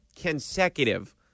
consecutive